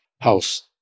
house